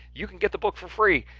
you can get the book for free,